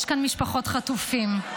יש כאן משפחות חטופים,